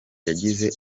yagize